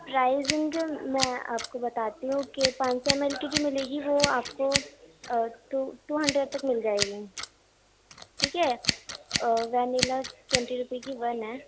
price ان کے میں آپ کو بتاتی ہوں کہ پانچ سو ایم ایل کی جو ملے گی وہ آپ کو ٹو ٹو ہنڈریڈ تک مل جائے گی ٹھیک ہے ونیلا ٹوئنٹی روپے کی ون ہے